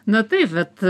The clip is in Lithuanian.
na taip bet